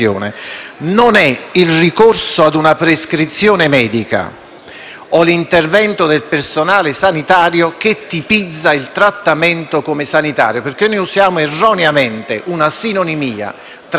o l'intervento del personale sanitario che tipizza il trattamento come sanitario. Noi usiamo erroneamente una sinonimia tra trattamento sanitario e trattamento terapeutico: non è assolutamente così.